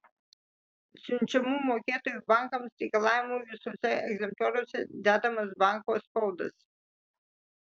siunčiamų mokėtojų bankams reikalavimų visuose egzemplioriuose dedamas banko spaudas